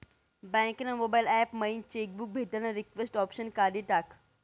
bank ना mobile app मयीन cheque book भेटानं रिक्वेस्ट ऑप्शन काढी टाकं